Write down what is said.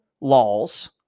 laws